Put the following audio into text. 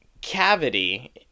cavity